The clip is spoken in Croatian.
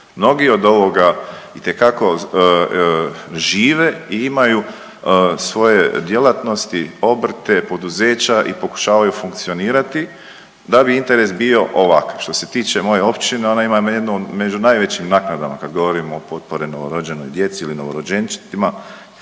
Mnogi od ovoga itekako žive i imaju svoje djelatnosti, obrte, poduzeća i pokušavaju funkcionirati da bi interes bio ovakav. Što se tiče moje općine ona ima jednu među najvećim naknadama kad govorimo o potpori novorođenoj djeci ili novorođenčetima.